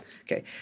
Okay